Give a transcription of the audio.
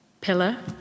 pillar